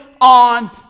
on